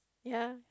ya